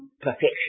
perfection